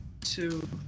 two